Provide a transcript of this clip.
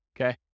okay